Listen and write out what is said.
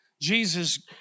Jesus